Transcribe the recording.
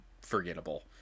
forgettable